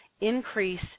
increase